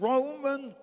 Roman